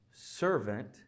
Servant